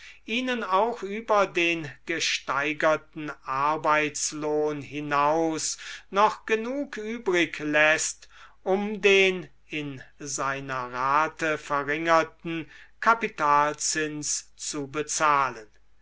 ihnen auch über den gesteigerten arbeitslohn hinaus noch genug übrig läßt um den in seiner rate verringerten kapitalzins zu bezahlen